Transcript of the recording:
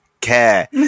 care